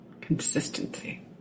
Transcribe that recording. consistency